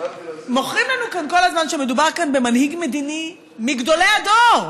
מוכרים לנו כאן כל הזמן שמדובר כאן במנהיג מדיני מגדולי הדור,